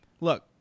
Look